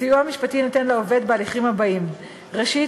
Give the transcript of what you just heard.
הסיוע המשפטי יינתן לעובד בהליכים הבאים: ראשית,